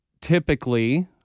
typically